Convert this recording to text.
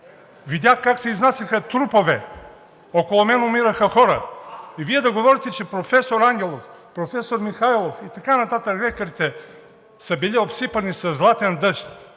Видях как се изнасяха трупове, около мен умираха хора и Вие да говорите, че професор Ангелов, професор Михайлов и така нататък, лекарите са били обсипани със златен дъжд